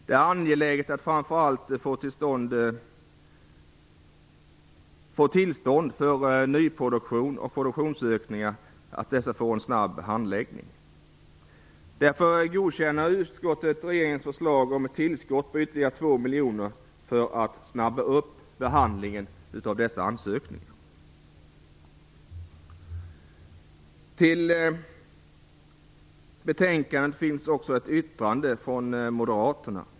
Det är angeläget att framför allt få tillstånd för nyproduktion och produktionsökningar får en snabb handläggning. Därför godkänner utskottet regeringens förslag om ett tillskott på ytterligare 2 miljoner för att snabba upp behandlingen av dessa ansökningar. Till betänkandet finns också ett yttrande från moderaterna.